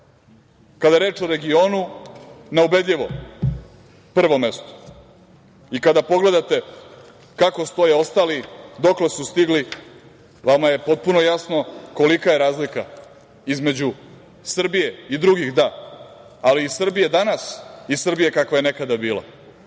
kada je reč o regionu na ubedljivom prvom mestu i kada pogledate kako stoje ostali, dokle su stigni, vama je potpuno jasno kolika je razlika između Srbije i drugih, ali i Srbije danas i Srbije kakva je nekada